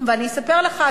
ואני אספר לך,